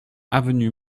avenue